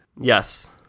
Yes